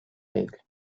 değil